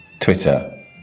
Twitter